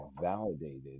validated